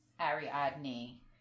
ariadne